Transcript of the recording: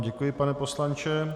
Děkuji vám, pane poslanče.